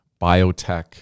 biotech